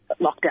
lockdown